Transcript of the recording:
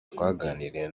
twaganiriye